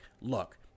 look